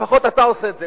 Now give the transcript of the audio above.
לפחות אתה עושה את זה.